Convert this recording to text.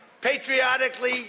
patriotically